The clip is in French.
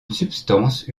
substance